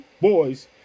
boys